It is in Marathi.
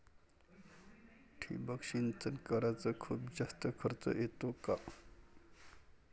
ठिबक सिंचन कराच खूप जास्त खर्च येतो का?